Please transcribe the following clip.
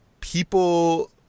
people